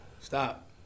Stop